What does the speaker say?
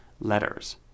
letters